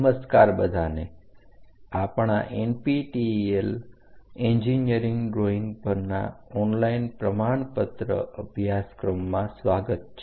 નમસ્કાર બધાને આપણાં NPTEL એન્જીનિયરીંગ ડ્રૉઇંગ પરનાં ઓનલાઈન પ્રમાણપત્ર અભ્યાસક્રમમાં સ્વાગત છે